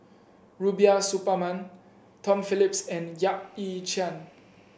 Rubiah Suparman Tom Phillips and Yap Ee Chian